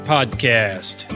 Podcast